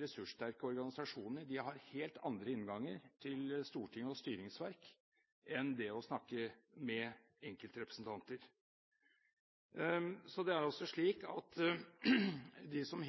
ressurssterke organisasjonene har helt andre innganger til storting og styringsverk enn det å snakke med enkeltrepresentanter. Det er altså slik at de som